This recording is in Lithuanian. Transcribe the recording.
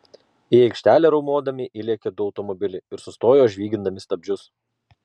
į aikštelę riaumodami įlėkė du automobiliai ir sustojo žvygindami stabdžius